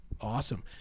Awesome